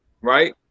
Right